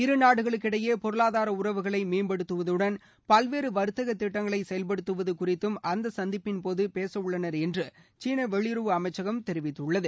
இருநாடுகளுக்கிடையே பொருளாதார உறவுகளை மேம்படுத்துவதுடன் பல்வேறு வர்த்தக திட்டங்களை செயல்படுத்துவது குறித்தும் அந்த சந்திப்பின்போது பேசவுள்ளனர் என்று சீன வெளியுறவு அமைச்சகம் தெரிவித்துள்ளது